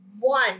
One